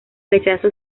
rechazo